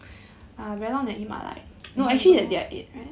no